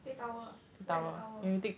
take towel wet the towel